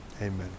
Amen